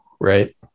right